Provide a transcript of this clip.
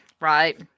Right